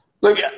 Look